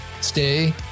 Stay